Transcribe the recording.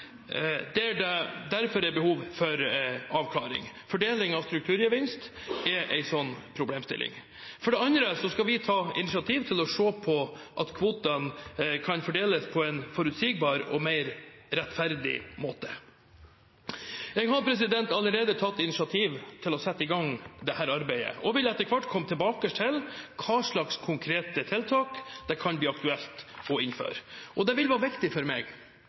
det derfor er behov for avklaring. Fordeling av strukturgevinst er en slik problemstilling. For det andre skal vi ta initiativ til å se på at kvotene kan fordeles på en forutsigbar og mer rettferdig måte. Jeg har allerede tatt initiativ til å sette i gang dette arbeidet og vil etter hvert komme tilbake til hvilke konkrete tiltak det kan bli aktuelt å innføre. Det vil være viktig for meg